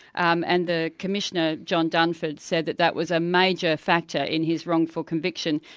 um and the commissioner, john dunford, said that that was a major factor in his wrongful conviction.